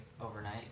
overnight